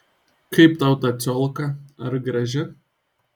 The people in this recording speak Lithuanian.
kaip tau ta ciolka ar graži